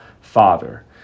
Father